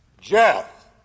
Jeff